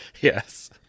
Yes